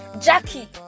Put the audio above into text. Jackie